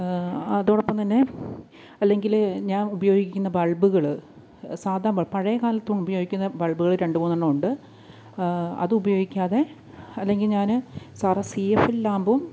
അതോടൊപ്പം തന്നെ അല്ലെങ്കില് ഞാൻ ഉപയോഗിക്കുന്ന ബൾബുകള് സാദാ ബൾ പഴയകാലത്ത് ഉപയോഗിക്കുന്ന ബൾബുകള് രണ്ടുമൂന്നെണ്ണമുണ്ട് അത് ഉപയോഗിക്കാതെ അല്ലെങ്കിൽ ഞാന് സാറെ സി എഫ് എൽ ലാമ്പും